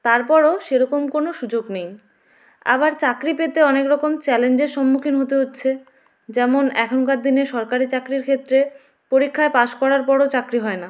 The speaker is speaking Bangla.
তারপরও সে রকম কোনও সুযোগ নেই আবার চাকরি পেতে অনেক রকম চ্যালেঞ্জের সম্মুখীন হতে হচ্ছে যেমন এখনকার দিনে সরকারি চাকরির ক্ষেত্রে পরীক্ষায় পাশ করার পরও চাকরি হয় না